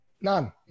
None